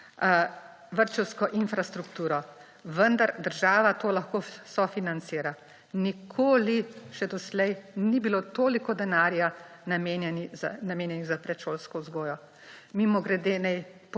vrtčevsko infrastrukturo, vendar država to lahko sofinancira. Nikoli še doslej ni bilo toliko denarja namenjenega za predšolsko vzgojo. Mimogrede naj